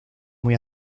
muy